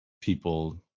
people